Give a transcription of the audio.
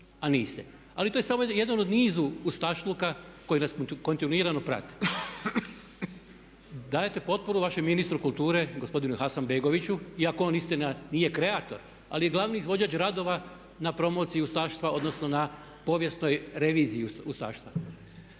Ali to je samo jedan u nizu ustašluka koji nas kontinuirano prate. Dajete potporu vašem ministru kulture gospodinu Hasanbegoviću iako on istina nije kreator ali je glavni izvođač radova na promociji ustaštva odnosno na povijesnoj reviziji ustaštva.